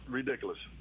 ridiculous